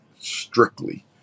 strictly